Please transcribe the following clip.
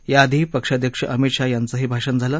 याआधी पक्षाध्यक्ष अमित शहा यांचंही भाषण झालं